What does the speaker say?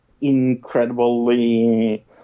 incredibly